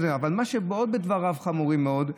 אבל מה שעוד בדבריו חמור מאוד,